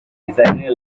designer